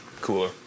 cooler